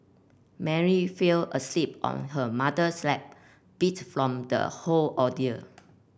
Mary fell asleep on her mother's lap beat from the whole ordeal